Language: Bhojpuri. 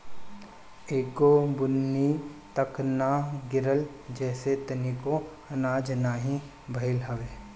एगो बुन्नी तक ना गिरल जेसे तनिको आनाज नाही भइल हवे